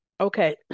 Okay